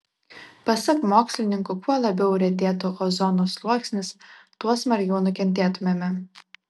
pasak mokslininkų kuo labiau retėtų ozono sluoksnis tuo smarkiau nukentėtumėme